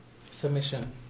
submission